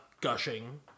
gushing